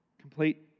Complete